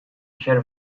her